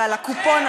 ועל הקופון,